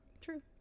true